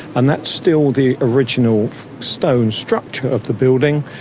and that's still the original stone structure of the building,